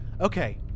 okay